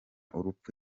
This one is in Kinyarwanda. urupfu